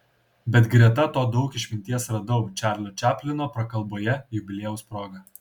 bet greta to daug išminties radau čarlio čaplino prakalboje jubiliejaus proga